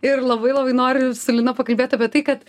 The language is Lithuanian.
ir labai labai noriu su lina pakalbėt apie tai kad